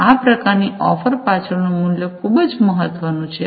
અને આ પ્રકારની ઓફર પાછળ નું મૂલ્ય ખૂબ જ મહત્વનું છે